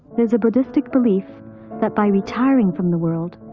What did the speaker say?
there's a buddhistic belief that by retiring from the world,